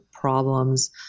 problems